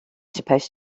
supposed